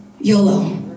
YOLO